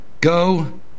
Go